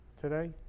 today